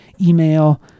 email